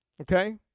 okay